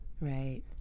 right